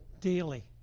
daily